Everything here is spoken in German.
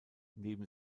neben